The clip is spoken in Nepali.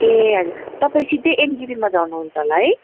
ए हजुर तपाईँ सिधै एनजिपीमा झर्नुहुन्छ होला है